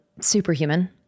Superhuman